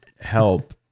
help